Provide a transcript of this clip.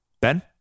Ben